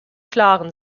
klaren